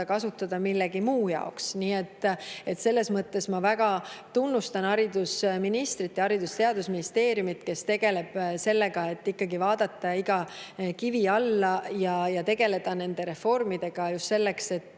kasutada millegi muu jaoks. Nii et selles mõttes ma väga tunnustan haridusministrit ja Haridus- ja Teadusministeeriumi, kes tegelevad sellega, et vaadata ikkagi iga kivi alla ja tegeleda nende reformidega just selleks, et